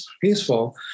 peaceful